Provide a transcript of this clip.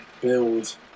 build